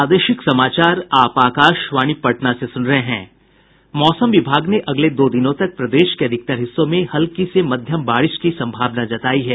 मौसम विभाग ने अगले दो दिनों तक प्रदेश के अधिकतर हिस्सों में हल्की से मध्यम बारिश की सम्भावना जतायी है